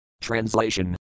Translation